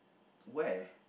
where